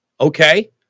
okay